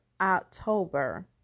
October